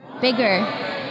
Bigger